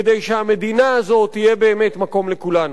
כדי שהמדינה הזאת תהיה באמת מקום לכולנו.